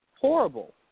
Horrible